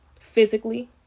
Physically